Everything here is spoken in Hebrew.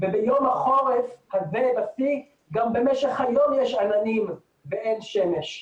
וביום החורף הזה בשיא גם במשך היום יש עננים ואין שמש.